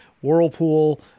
Whirlpool